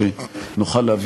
שכולל את כולם,